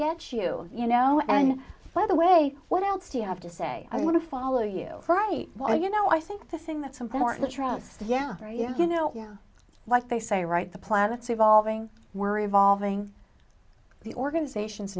get you you know and by the way what else do you have to say i want to follow you right well you know i think the thing that's important rath yatra you know like they say right the planets evolving we're evolving the organizations